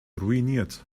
ruiniert